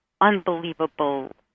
unbelievable